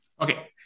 Okay